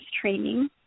training